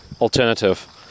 alternative